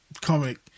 comic